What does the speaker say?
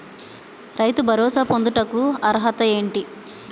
రైతు భరోసా పొందుటకు అర్హత ఏంటి?